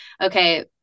okay